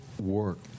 work